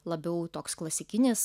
labiau toks klasikinis